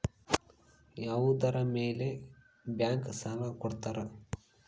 ಯಾವುದರ ಮೇಲೆ ಬ್ಯಾಂಕ್ ಸಾಲ ಕೊಡ್ತಾರ?